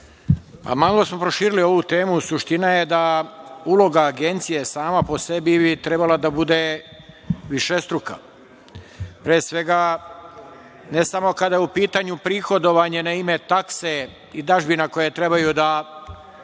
Malo smo proširili ovu temu. Suština je da uloga agencije sama po sebi bi trebala da bude višestruka, pre svega ne samo kada je u pitanju prihodovanje na ime taksi i dažbina koje trebaju da